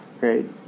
right